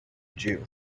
jew